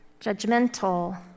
judgmental